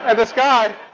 and this guy,